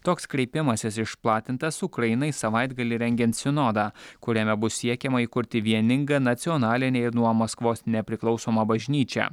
toks kreipimasis išplatintas ukrainai savaitgalį rengiant sinodą kuriame bus siekiama įkurti vieningą nacionalinę ir nuo maskvos nepriklausomą bažnyčią